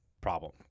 problem